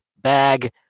bag